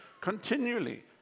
continually